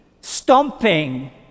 stomping